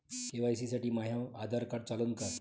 KYC साठी माह्य Aadhaar card चालन का?